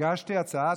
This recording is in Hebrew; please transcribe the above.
הגשתי הצעת חוק.